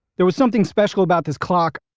there was something special about this clock.